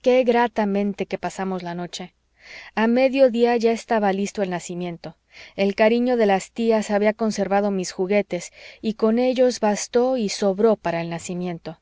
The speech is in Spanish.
qué gratamente que pasamos la noche a medio día ya estaba listo el nacimiento el cariño de las tías había conservado mis juguetes y con ellos bastó y sobró para el nacimiento